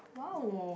!wow!